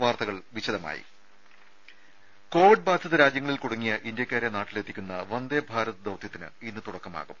വാർത്തകൾ വിശദമായി കോവിഡ് ബാധിത രാജ്യങ്ങളിൽ കുടുങ്ങിയ ഇന്ത്യക്കാരെ നാട്ടിലെത്തിക്കുന്ന വന്ദേഭാരത് ദൌത്യത്തിന് ഇന്ന് തുടക്കമാകും